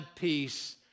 peace